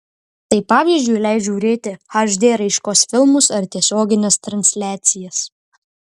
tai pavyzdžiui leis žiūrėti hd raiškos filmus ar tiesiogines transliacijas